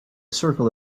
circle